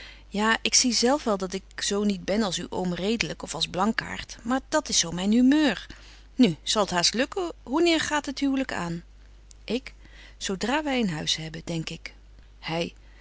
ja ik zie zelf wel dat ik zo niet ben als uw oom redelyk of als blankaart maar dat is zo myn humeur nu zal t haast lukken hoeneer gaat het huwlyk aan ik zo dra wy een huis hebben denk ik hy